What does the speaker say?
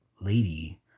Lady